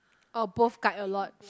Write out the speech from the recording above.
or both guide a lot